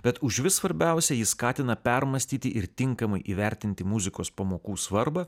bet užvis svarbiausia ji skatina permąstyti ir tinkamai įvertinti muzikos pamokų svarbą